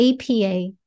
APA